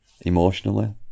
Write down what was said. emotionally